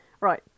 Right